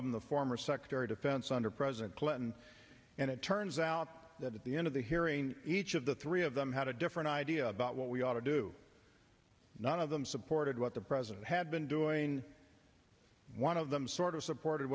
of the former secretary of defense under president clinton and it turns out that at the end of the hearing each of the three of them had a different idea about what we ought to do none of them supported what the president had been doing one of them sort of supported